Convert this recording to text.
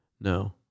No